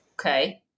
Okay